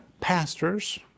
pastors